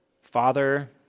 Father